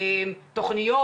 תוכניות?